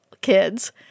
kids